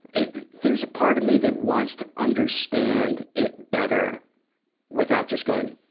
it, there's a part of me that wants to understand it better without just going,